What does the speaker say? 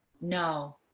no